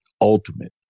ultimate